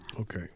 Okay